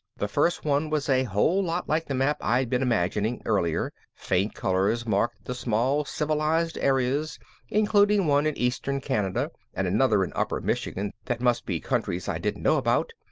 the first one was a whole lot like the map i'd been imagining earlier faint colors marked the small civilized areas including one in eastern canada and another in upper michigan that must be countries i didn't know about,